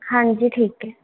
ਹਾਂਜੀ ਠੀਕ ਹੈ